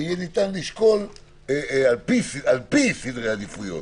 יהיה ניתן לשקול על פי סדרי עדיפויות